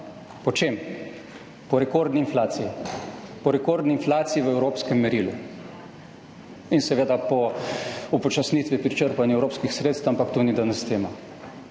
Goloba? Po čem? Po rekordni inflaciji v evropskem merilu in seveda po upočasnitvi pri črpanju evropskih sredstev, ampak to ni danes tema.